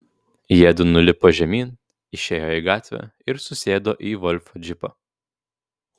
jiedu nulipo žemyn išėjo į gatvę ir susėdo į volfo džipą